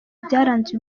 byaranze